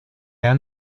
han